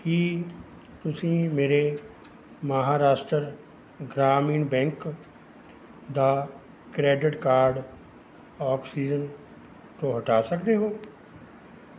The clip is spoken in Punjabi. ਕੀ ਤੁਸੀਂਂ ਮੇਰੇ ਮਹਾਰਾਸ਼ਟਰ ਗ੍ਰਾਮੀਣ ਬੈਂਕ ਦਾ ਕਰੇਡਿਟ ਕਾਰਡ ਆਕਸੀਜਨ ਤੋਂ ਹਟਾ ਸਕਦੇ ਹੋ